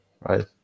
Right